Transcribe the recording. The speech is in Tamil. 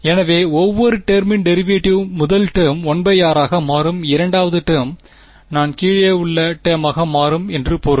எனவே ஒவ்வொரு டெர்மின் டெரிவேட்டிவ் முதல் டேர்ம் 1 r ஆக மாறும் இரண்டாவது டேர்ம் நான் கீழே உள்ள டெர்மாக மாறும் என்று பொருள்